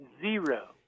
Zero